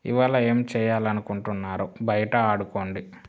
ఇవాళ ఏం చేయాలనుకుంటున్నారు బయట ఆడుకోండి